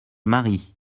marie